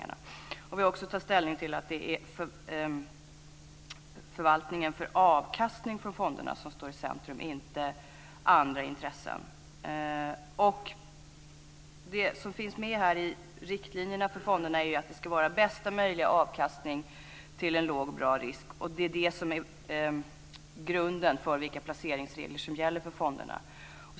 Vi har också att ta ställning till att det är förvaltningen för avkastningen från fonderna som står i centrum och inte andra intressen. I riktlinjerna för fonderna står det att det ska vara bästa möjliga avkastning till en låg och bra risk. Det är det som är grunden för vilka placeringsregler som gäller för fonderna.